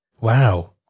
Wow